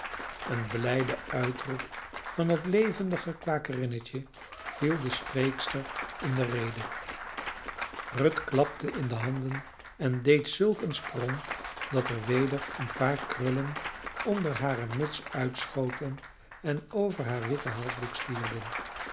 een blijde uitroep van het levendige kwakerinnetje viel de spreekster in de rede ruth klapte in de handen en deed zulk een sprong dat er weder een paar krullen onder hare muts uitschoten en over haar witten halsdoek zwierden